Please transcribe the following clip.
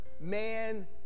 man